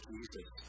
Jesus